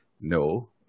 no